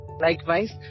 Likewise